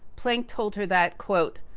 planck told her that, quote,